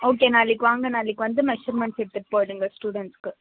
okay நாளைக்கு வாங்க நாளைக்கு வந்து மெஷர்மெண்ட் எடுத்துட்டு போய்விடுங்க ஸ்டூடெண்ட்ஸுக்கு